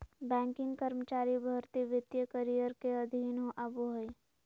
banking कर्मचारी भर्ती वित्तीय करियर के अधीन आबो हय